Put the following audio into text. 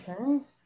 Okay